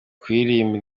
kuririmba